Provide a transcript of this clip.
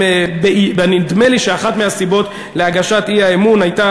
נדמה לי שאחת הסיבות להגשת האי-אמון הייתה